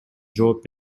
жооп